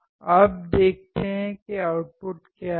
अब देखते हैं कि आउटपुट क्या है